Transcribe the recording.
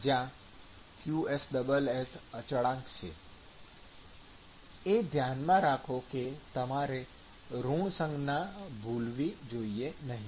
એ ધ્યાનમાં રાખો કે તમારે ઋણ સંજ્ઞા ભૂલવી જોઈએ નહીં